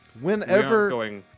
Whenever-